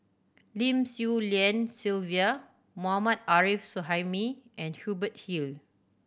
Lim Swee Lian Sylvia Mohammad Arif Suhaimi and Hubert Hill